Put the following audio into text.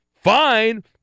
fine